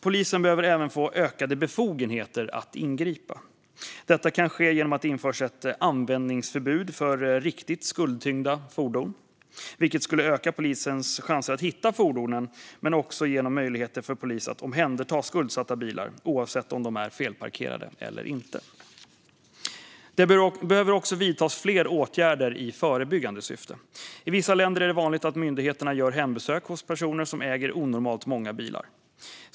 Polisen behöver även få ökade befogenheter att ingripa. Detta kan ske genom att det införs ett användningsförbud för riktigt skuldtyngda fordon, vilket skulle öka polisens chanser att hitta fordonen. Det skulle också ge möjligheter för polisen att omhänderta skuldsatta bilar, oavsett om de är felparkerade eller inte. Det behöver också vidtas fler åtgärder i förebyggande syfte. I vissa länder är det vanligt att myndigheterna gör hembesök hos personer som äger onormalt många bilar.